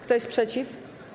Kto jest przeciw?